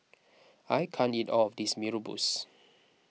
I can't eat all of this Mee Rebus